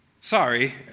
Sorry